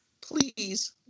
Please